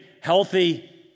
healthy